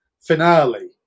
finale